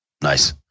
nice